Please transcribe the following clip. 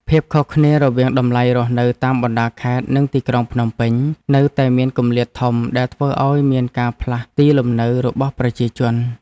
ភាពខុសគ្នារវាងតម្លៃរស់នៅតាមបណ្តាខេត្តនិងទីក្រុងភ្នំពេញ នៅតែមានគម្លាតធំដែលធ្វើឱ្យមានការផ្លាស់ទីលំនៅរបស់ប្រជាជន។